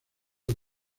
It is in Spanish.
por